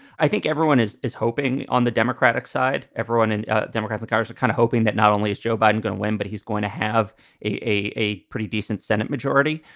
i think everyone is is hoping on the democratic side, everyone in democratic but kind of hoping that not only is joe biden going to win, but he's going to have a a pretty decent senate majority.